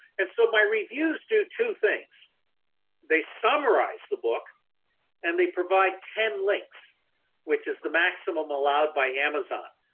and so my reviews do two things they summarize the book and they provide ten links which is the maximum allowed by amazon.